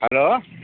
hello